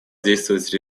действовать